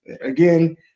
again